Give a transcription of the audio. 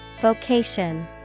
Vocation